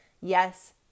Yes